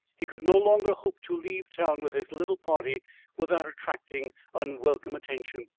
he could no longer hope to leave town with his little party without attracting unwelcome attention.